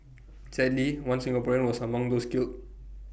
sadly one Singaporean was among those killed